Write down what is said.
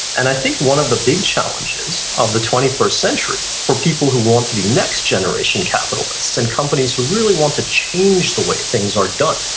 and i think one of the big challenges of the twenty first century for people who want to be next generation capitalists in and companies who really want to change the way things are done,